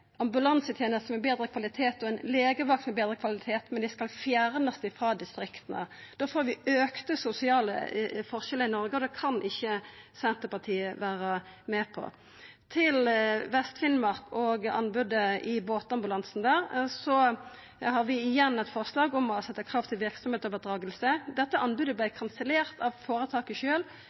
med betre kvalitet og ein legevakt med betre kvalitet, men dei skal fjernast frå distrikta. Da får vi auka sosiale forskjellar i Noreg, og det kan ikkje Senterpartiet vera med på. Når det gjeld Vest-Finnmark og anbodet i båtambulansen der, har vi igjen eit forslag om å setja krav til verksemdsoverdraging. Dette anbodet vart kansellert av føretaket